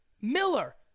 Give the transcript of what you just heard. Miller